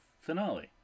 finale